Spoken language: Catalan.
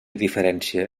diferència